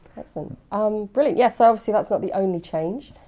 excellent, um brilliant, yeah so obviously that's not the only change,